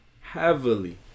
Heavily